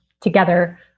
together